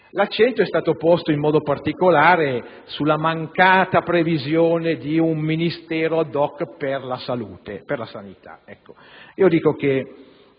L'accento è stato posto in modo particolare sulla mancata previsione di un Ministero *ad hoc* per la sanità.